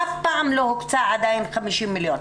אף פעם לא הוקצו עדיין 50 מיליון.